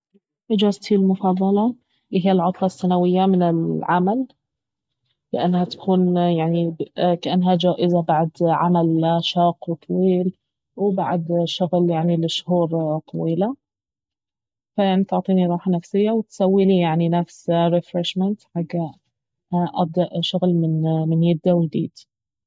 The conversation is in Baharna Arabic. اجازتي المفضلة اهي العطلة السنوية من العمل لانها تكون يعني كانها جائزة بعد عمل شاق وطويل وبعد يعني شغل لشهور طويلة فيعني تعطيني راحة نفسية وتسويلي يعني نفس رفرشمنت حق ابدا شغل من يدة ويديد